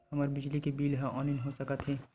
हमर बिजली के बिल ह ऑनलाइन हो सकत हे?